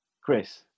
Chris